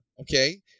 okay